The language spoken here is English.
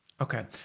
Okay